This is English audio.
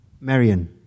Marion